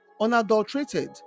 unadulterated